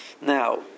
Now